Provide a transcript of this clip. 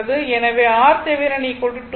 எனவே RThevenin 2 Ω